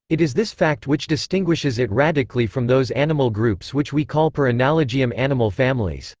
it is this fact which distinguishes it radically from those animal groups which we call per analogiam animal families.